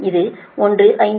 இது 1507